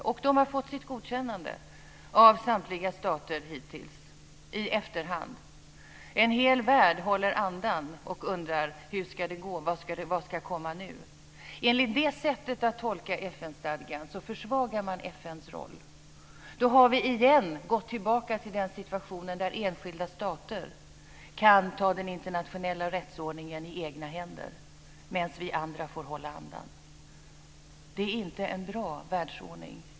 Och USA har hittills fått sitt godkännande av samtliga stater i efterhand. En hel värld håller andan och undrar: Hur ska det gå? Vad ska komma nu? Enligt det här sättet att tolka FN-stadgan försvagar man FN:s roll. Då har vi återigen gått tillbaka till situationen där enskilda stater kan ta den internationella rättsordningen i egna händer, medan vi andra får hålla andan. Det är inte en bra världsordning.